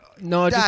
no